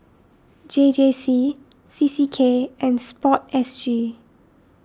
J J C C C K and Sport S G